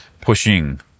pushing